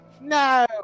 No